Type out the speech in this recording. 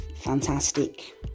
Fantastic